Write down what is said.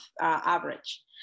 average